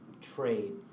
trade